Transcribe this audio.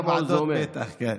אתה מכין את הבג"ץ על הוועדות, בטח.